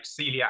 celiac